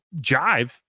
jive